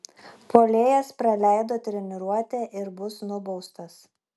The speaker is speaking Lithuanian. puolėjas praleido treniruotę ir bus nubaustas